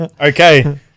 Okay